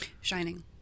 *Shining*